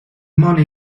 money